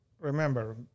remember